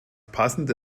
passende